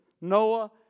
Noah